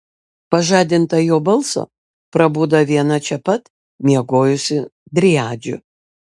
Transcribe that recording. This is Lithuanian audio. pažadinta jo balso prabudo viena čia pat miegojusių driadžių